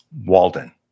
Walden